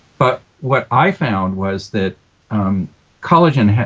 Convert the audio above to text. but what i found was that collagen,